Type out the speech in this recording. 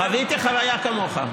חבר הכנסת כץ, חוויתי חוויה כמוך.